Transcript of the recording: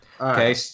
Okay